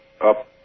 up